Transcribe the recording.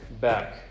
back